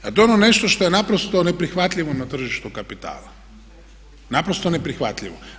Kad ono nešto što je naprosto neprihvatljivo na tržištu kapitala, naprosto neprihvatljivo.